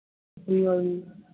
ਸਤਿ ਸ਼੍ਰੀ ਅਕਾਲ ਜੀ